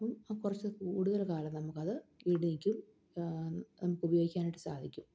അപ്പം അത് കുറച്ച് കൂടുതൽ കാലം നമുക്കത് ഈട് നില്ക്കും നമുക്ക് ഉപയോഗിക്കുവാനായിട്ട് സാധിക്കും